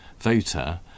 voter